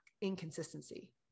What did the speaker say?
inconsistency